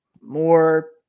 more